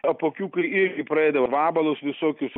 apuokiukai irgi pradeda vabalus visokius